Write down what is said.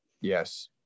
yes